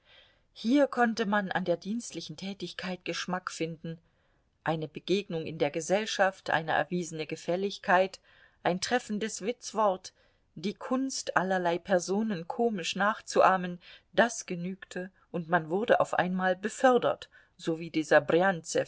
hier konnte man an der dienstlichen tätigkeit geschmack finden eine begegnung in der gesellschaft eine erwiesene gefälligkeit ein treffendes witzwort die kunst allerlei personen komisch nachzuahmen das genügte und man wurde auf einmal befördert so wie dieser